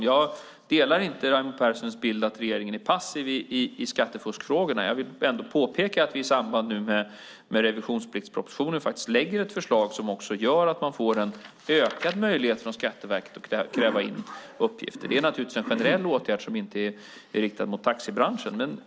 Jag delar inte Raimo Pärssinens bild att regeringen är passiv i skattefuskfrågorna. Jag vill ändå påpeka att vi i samband med revisionspliktspropositionen faktiskt lägger fram ett förslag som också gör att man får en ökad möjlighet från Skatteverket att kräva in uppgifter. Det är naturligtvis en generell åtgärd som inte är riktad mot taxibranschen.